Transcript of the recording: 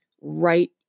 right